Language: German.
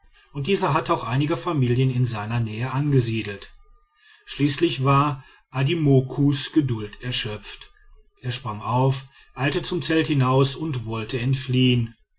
und dieser hatte auch einige familien in seiner nähe angesiedelt schließlich war adimokus geduld erschöpft er sprang auf eilte zum zelt hinaus und wollte entfliehen